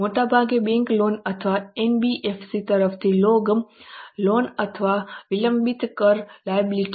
મોટાભાગે bank loan અથવા NBFC તરફથી લોન અથવા વિલંબિત કર લાયબિલિટી